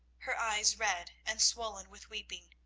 her eyes red and swollen with weeping,